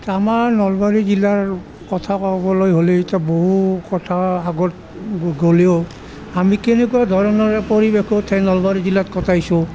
আমাৰ নলবাৰী জিলাৰ কথা ক'বলৈ হ'লে এতিয়া বহু কথা আগত গ'লেও আমি কেনেকুৱা ধৰণেৰে পৰিৱেশত সেই নলবাৰী জিলাত কটাইছোঁ